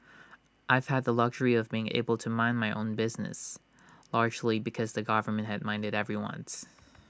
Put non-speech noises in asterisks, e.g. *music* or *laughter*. I've had the luxury of being able to mind my own business largely because the government had minded everyone's *noise*